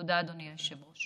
תודה, אדוני היושב-ראש.